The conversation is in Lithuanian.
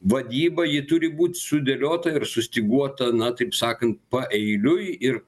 vadyba ji turi būti sudėliota ir sustyguota na taip sakant paeiliui ir